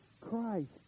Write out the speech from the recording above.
Christ